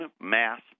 mass